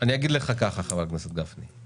אני אגיד לך, חבר הכנסת גפני.